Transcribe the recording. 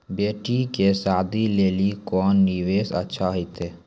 बेटी के शादी लेली कोंन निवेश अच्छा होइतै?